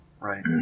Right